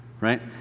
right